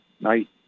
night